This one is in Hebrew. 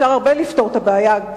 אפשר לפתור את הבעיה,